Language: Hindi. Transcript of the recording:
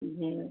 जी